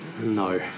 No